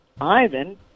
Ivan